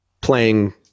playing